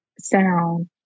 sound